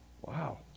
Wow